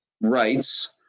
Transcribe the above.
rights